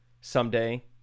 someday